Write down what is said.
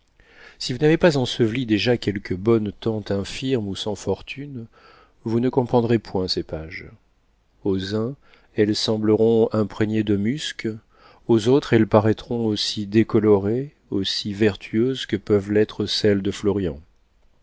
si vous n'avez pas enseveli déjà quelque bonne tante infirme ou sans fortune vous ne comprendrez point ces pages aux uns elles sembleront imprégnées de musc aux autres elles paraîtront aussi décolorées aussi vertueuses que peuvent l'être celles de florian